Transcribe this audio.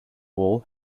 wall